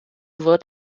wird